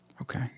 Okay